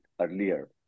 earlier